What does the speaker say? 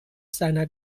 seiner